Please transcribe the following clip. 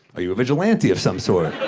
are you a vigilante of some sort?